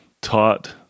taught